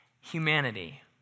humanity